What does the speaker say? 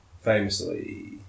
famously